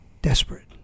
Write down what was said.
desperate